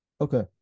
Okay